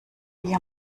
wie